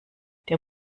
der